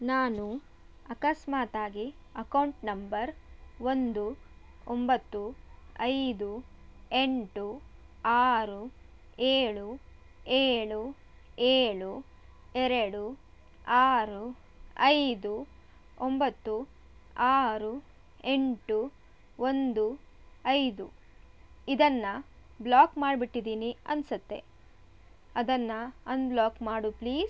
ನಾನು ಅಕಸ್ಮಾತಾಗಿ account number ಒಂದು ಒಂಬತ್ತು ಐದು ಎಂಟು ಆರು ಏಳು ಏಳು ಏಳು ಎರಡು ಆರು ಐದು ಒಂಬತ್ತು ಆರು ಎಂಟು ಒಂದು ಐದು ಇದನ್ನು ಬ್ಲಾಕ್ ಮಾಡ್ಬಿಟ್ಟಿದ್ದೀನಿ ಅನಿಸತ್ತೆ ಅದನ್ನು ಅನ್ಬ್ಲಾಕ್ ಮಾಡು ಪ್ಲೀಸ್